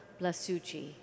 Blasucci